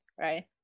right